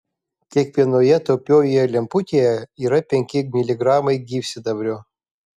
kiekvienoje taupiojoje lemputėje yra penki miligramai gyvsidabrio